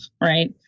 right